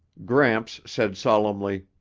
gramps said solemnly,